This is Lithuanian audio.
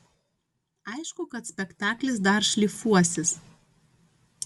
aišku kad spektaklis dar šlifuosis